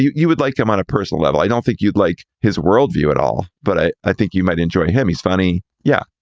you you would like him on a personal level. i don't think you'd like his world view at all. but i i think you might enjoy him. he's funny yeah,